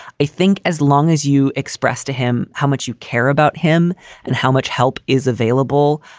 i think as long as you express to him how much you care about him and how much help is available.